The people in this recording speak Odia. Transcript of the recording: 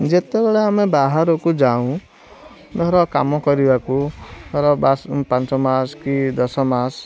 ଯେତେବେଳେ ଆମେ ବାହାରକୁ ଯାଉ ଧର କାମ କରିବାକୁ ଧର ପାଞ୍ଚ ମାସ କି ଦଶ ମାସ